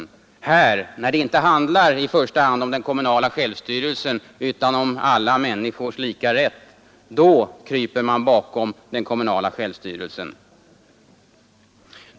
I detta fall, när det inte i första hand handlar om den kommunala självstyrelsen utan om alla människors lika rätt, kryper man däremot bakom den kommunala självstyrelsen.